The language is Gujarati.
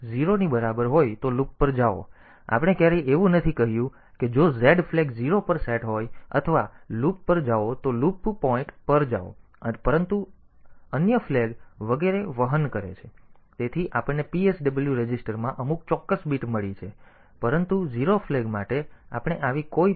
તેથી આપણે ક્યારેય એવું નથી કહ્યું કે જો Z ફ્લેગ 0 પર સેટ હોય અથવા લૂપ પર જાઓ તો લૂપ પોઈન્ટ પર જાઓ પરંતુ અન્યથા અન્ય ફ્લેગ વગેરે વહન કરે છે તેથી આપણને PSW રજિસ્ટરમાં અમુક ચોક્કસ બિટ મળી છે પરંતુ 0 ફ્લેગ માટે આપણે આવી કોઈ PSW બીટ નથી